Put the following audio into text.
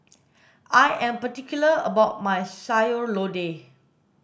I am particular about my sayur lodeh